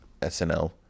SNL